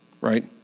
right